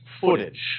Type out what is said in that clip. footage